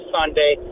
Sunday